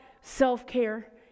self-care